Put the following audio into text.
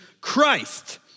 Christ